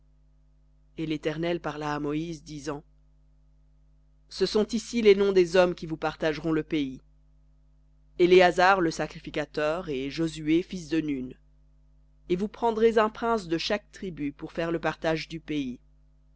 et l'éternel parla à moïse disant ce sont ici les noms des hommes qui vous partageront le pays éléazar le sacrificateur et josué fils de nun et vous prendrez un prince de chaque tribu pour faire le partage du pays